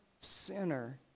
sinner